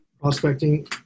prospecting